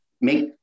make